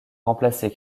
remplacée